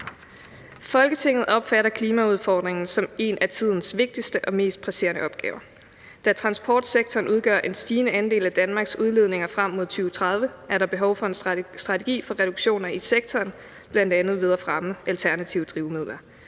»Folketinget opfatter klimaudfordringen som en af tidens vigtigste og mest presserende opgaver. Da transportsektoren udgør en stigende andel af Danmarks udledninger frem mod 2030, er der behov for en strategi for reduktioner i sektoren ved bl.a. at fremme alternative drivmidler.